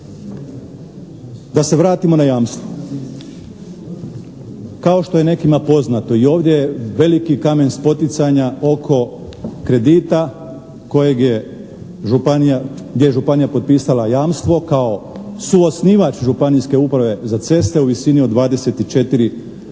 Da se vratimo na jamstvo. Kao što je nekima poznato i ovdje je veliki kamen spoticanja oko kredita kojeg je županije, gdje je županija potpisala jamstvo kao suosnivač Županijske uprave za ceste u visini od 24 milijuna